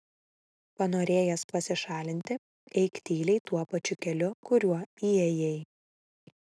panorėjęs pasišalinti eik tyliai tuo pačiu keliu kuriuo įėjai